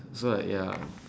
so like ya